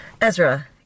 Ezra